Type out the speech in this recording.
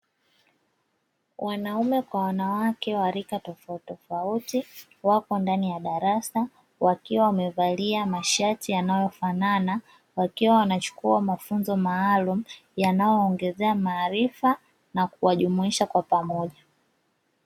Wanaume kwa wanawake wa rika tofautitofauti wapo ndani ya darasa wakiwa wamevalia mashati yanayofanana wakiwa wanachukua mafunzo maalumu yanayowaongezea maarifa na kuwajumuisha kwa pamoja.